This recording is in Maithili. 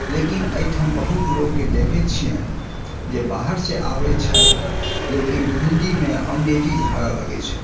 लेकिन एहिठाम बहुत लोककेँ देखै छियनि जे बाहर से आबै छथि लेकिन हिन्दीमे अङ्ग्रेजी झाड़ऽ लगै छथि